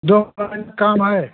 दो फ़ाइल काम है